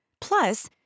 Plus